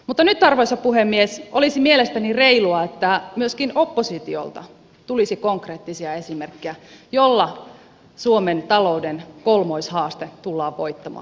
mutta nyt arvoisa puhemies olisi mielestäni reilua että myöskin oppositiolta tulisi konkreettisia esimerkkejä joilla suomen talouden kolmoishaaste tullaan voittamaan